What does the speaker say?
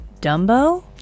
Dumbo